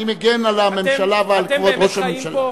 אני מגן על הממשלה ועל כבוד ראש הממשלה.